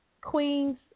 Queens